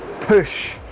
push